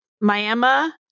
Miami